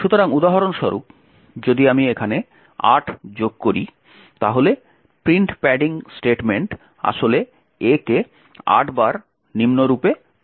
সুতরাং উদাহরণস্বরূপ যদি আমি এখানে 8 যোগ করি তাহলে প্রিন্ট প্যাডিং স্টেটমেন্ট আসলে A কে 8 বার নিম্নরূপে প্রিন্ট করতে পারে